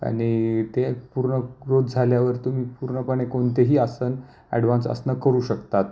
आणि ते पूर्ण ग्रोथ झाल्यावर तुम्ही पूर्णपणे कोणतेही आसन ॲडवान्स आसनं करू शकतात